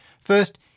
First